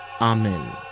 amen